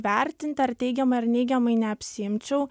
vertinti ar teigiamai ar neigiamai neapsiimčiau